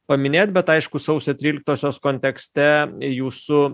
paminėt bet aišku sausio tryliktosios kontekste jūsų